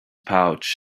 pouch